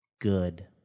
good